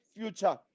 future